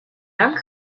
lang